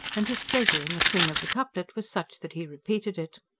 and his pleasure in the swing of the couplet was such that he repeated it.